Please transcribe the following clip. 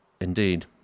Indeed